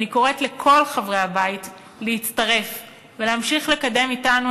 ואני קוראת לכל חברי הבית להצטרף ולהמשיך לקדם אִתנו